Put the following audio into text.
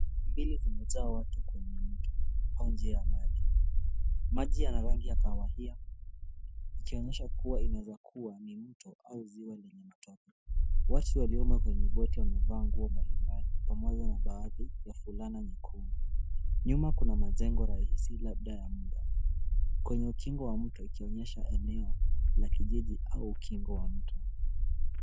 Boti mbili zimejaa watu kwenye mto au njia ya maji. Maji yana rangi ya kahawia ikionyesha kuwa inaweza kuwa ni mto au ziwa lenye matope. Watu waliomo kwenye boti wamevaa nguo mbali mbali pamoja na baadhi ya fulana nyekundu. Nyuma kuna majengo rahisi labda ya muda. Kwenye ukingo wa mto ikionyesha eneo la kijiji au ukingo wa mto.